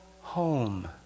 home